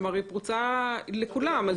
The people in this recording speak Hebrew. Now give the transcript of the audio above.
כלומר, היא פתוחה לכולם.